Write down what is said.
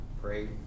pray